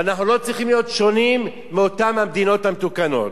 ואנחנו לא צריכים להיות שונים מאותן המדינות המתוקנות.